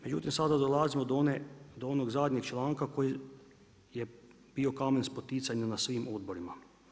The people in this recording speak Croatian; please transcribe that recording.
Međutim, sada dolazimo do onog zadnjeg članka, koji je bio kamen s poticanjem na svim odborima.